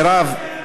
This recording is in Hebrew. מירב,